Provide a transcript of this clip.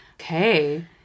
Okay